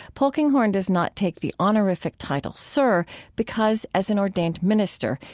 polkinghorne does not take the honorific title sir because, as an ordained minister,